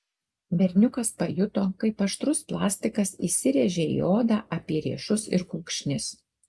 berniukas pajuto kaip aštrus plastikas įsirėžia į odą apie riešus ir kulkšnis